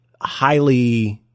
highly